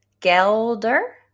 kelder